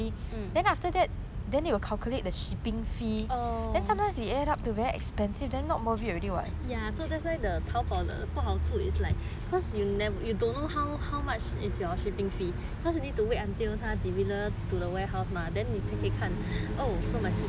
ya so that's why the tao bao 的不好处 is like cause you never you don't know how how much is your shipping fees because you need to wait until 他 deliver to the warehouse mah then 你才可以看 oh so my shipping fee